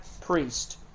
priest